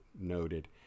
noted